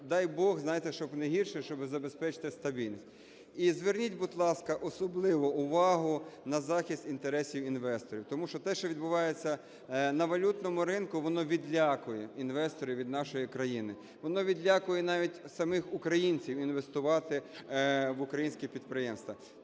дай Бог, знаєте, щоб не гірше, щоб забезпечити стабільність. І зверніть, будь ласка, особливо увагу на захист інтересів інвесторів, тому що те, що відбувається на валютному ринку, воно відлякує інвесторів від нашої країни, воно відлякує навіть самих українців інвестувати в українські підприємства.